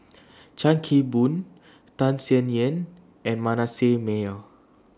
Chan Kim Boon Tham Sien Yen and Manasseh Meyer